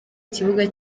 kibuga